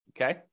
Okay